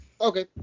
Okay